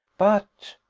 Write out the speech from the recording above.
but,